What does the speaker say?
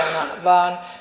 vaan